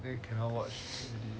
then we cannot watch already